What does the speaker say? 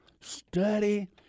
study